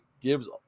gives